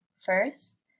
First